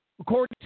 according